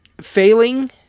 failing